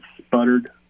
sputtered